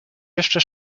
jeszcze